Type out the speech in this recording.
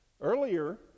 Earlier